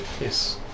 Yes